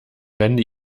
wände